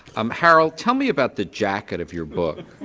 um harold tell me about the jacket of your book.